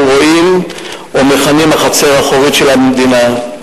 רואים או מכנים "החצר האחורית של המדינה".